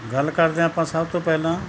ਗੱਲ ਕਰਦੇ ਹਾਂ ਆਪਾਂ ਸਭ ਤੋਂ ਪਹਿਲਾਂ